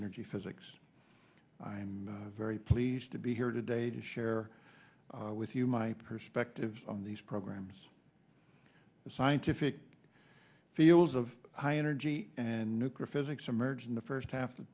energy physics i'm very pleased to be here today to share with you my perspectives on these programs the scientific fields of high energy and nuclear physics emerged in the first half